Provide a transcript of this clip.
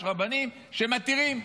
יש רבנים שמתירים,